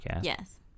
Yes